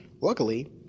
luckily